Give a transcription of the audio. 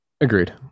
Agreed